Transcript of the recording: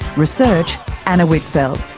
research anna whitfeld,